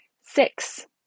Six